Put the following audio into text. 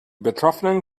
betroffenen